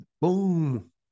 boom